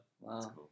Wow